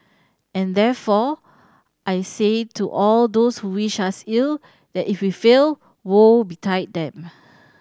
and therefore I say to all those who wish us ill that if we fail woe betide them